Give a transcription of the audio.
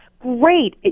great